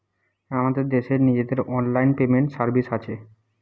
আমাদের দেশের নিজেদের অনলাইন পেমেন্ট সার্ভিস আছে